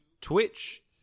Twitch